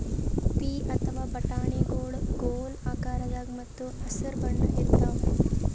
ಪೀ ಅಥವಾ ಬಟಾಣಿಗೊಳ್ ಗೋಲ್ ಆಕಾರದಾಗ ಮತ್ತ್ ಹಸರ್ ಬಣ್ಣದ್ ಇರ್ತಾವ